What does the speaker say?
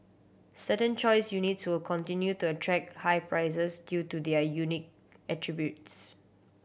certain choice units will continue to attract high prices due to their unique attributes